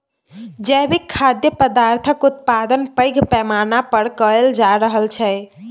जैविक खाद्य पदार्थक उत्पादन पैघ पैमाना पर कएल जा रहल छै